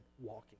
walking